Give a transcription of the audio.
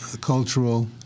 cultural